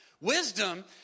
Wisdom